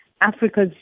Africa's